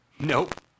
Nope